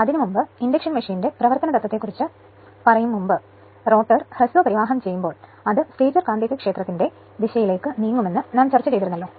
അതിനുമുമ്പ് ഇൻഡക്ഷൻ മെഷീന്റെ പ്രവർത്തന തത്വത്തെക്കുറിച്ച് പറയുംമുൻപ് റോട്ടർ ഹ്രസ്വപരിവാഹം ചെയ്യുമ്പോൾ അത് സ്റ്റേറ്റർ കാന്തികക്ഷേത്രത്തിന്റെ ദിശയിലേക്ക് നീങ്ങുമെന്ന് നാം ചർച്ച ചെയ്തിരുന്നല്ലോ